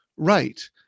Right